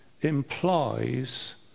implies